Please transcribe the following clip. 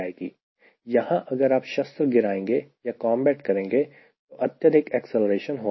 यहां अगर आप शस्त्र गिराएंगे या कॉम्बैट करेंगे तो अत्यधिक एक्सीलरेशन होगा